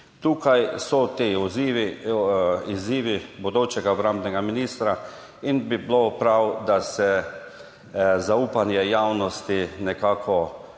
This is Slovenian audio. Tukaj so ti izzivi, izzivi bodočega obrambnega ministra, in bi bilo prav, da se zaupanje javnosti nekako